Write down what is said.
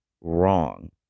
wrong